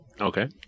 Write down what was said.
Okay